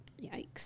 Yikes